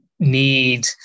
need